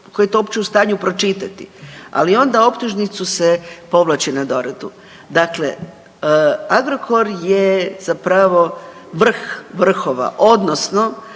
tko je to uopće u stanju pročitati, ali onda optužnicu se povlači na doradu. Dakle, Agrokor je zapravo vrh vrhova odnosno